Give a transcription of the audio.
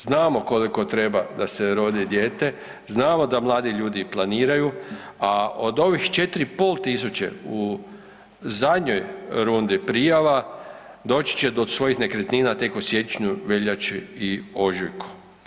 Znamo koliko treba da se rodi dijete, znamo da mladi ljudi planiraju, a od ovih 4.500 u zadnjoj rudni prijava doći će do svojih nekretnina tek u siječnju, veljači i ožujku.